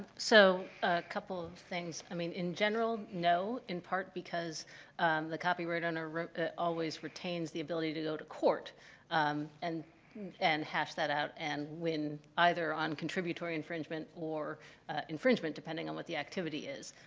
so, a couple of things. i mean, in general, no, in part because the copyright owner always retains the ability to go to court and and hash that out and win either on contributory infringement or infringement, depending on what the activity is.